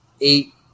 Eight